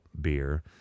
beer